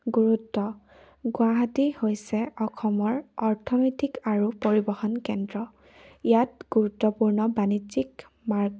গুৰুত্ব গুৱাহাটী হৈছে অসমৰ অৰ্থনৈতিক আৰু পৰিবহণ কেন্দ্ৰ ইয়াত গুৰুত্বপূৰ্ণ বাণিজ্যিক মাৰ্গ